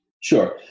Sure